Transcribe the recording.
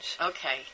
Okay